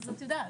אז את יודעת,